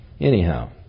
anyhow